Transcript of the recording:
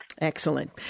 Excellent